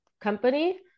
company